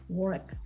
work